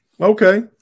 Okay